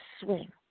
swing